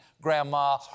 Grandma